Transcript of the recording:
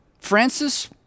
Francis